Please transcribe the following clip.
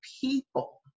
people